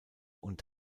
und